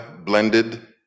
blended